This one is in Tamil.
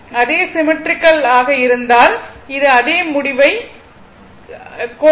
அதே சிம்மெட்ரிக்கல் ஆக இருந்தால் அது அதே முடிவைப் பெறும்